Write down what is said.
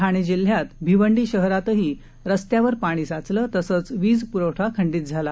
ठाणे जिल्ह्यात भिवंडी शहरातही रस्त्यावर पाणी साचलं तसंच वीज पुरवठा खंडित झाला